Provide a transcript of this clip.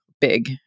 big